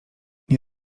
nie